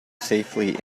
safely